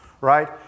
right